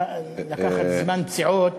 לקחת זמן פציעות,